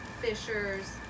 fishers